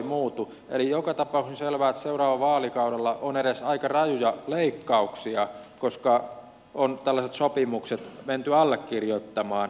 eli joka tapauksessa on selvää että seuraavalla vaalikaudella on edessä aika rajuja leikkauksia koska on tällaiset sopimukset menty allekirjoittamaan